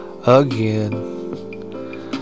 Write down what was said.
again